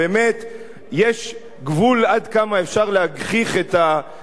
יש גבול עד כמה אפשר להגחיך את הדיון הציבורי.